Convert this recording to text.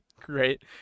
Great